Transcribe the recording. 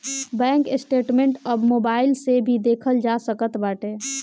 bank statement अब mobile से भी देखल जा सकत बाटे